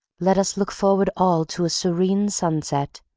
let us look forward all to a serene sunset,